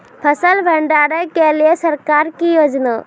फसल भंडारण के लिए सरकार की योजना?